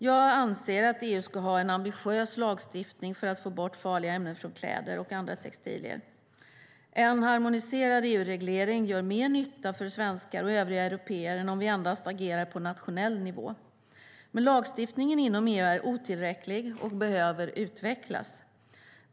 Jag anser att EU ska ha en ambitiös lagstiftning för att få bort farliga ämnen från kläder och andra textilier. En harmoniserad EU-reglering gör mer nytta för svenskar och övriga européer än om vi agerar endast på nationell nivå. Men lagstiftningen inom EU är otillräcklig och behöver utvecklas.